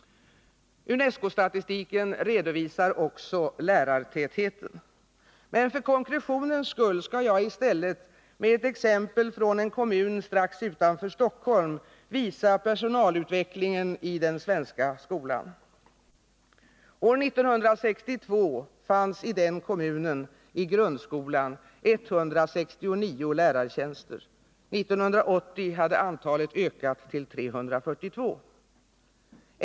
UNESCO-statistiken redovisar också lärartätheten. Men för konkretionens skull skall jag i stället med ett exempel från en kommun strax utanför Stockholm visa personalutvecklingen i den svenska skolan. År 1962 fanns där i grundskolan 169 lärartjänster. 1980 hade antalet ökat till 342.